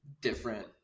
different